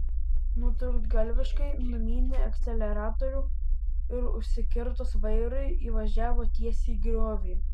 nutrūktgalviškai numynė akceleratorių ir užsikirtus vairui įvažiavo tiesiai į griovį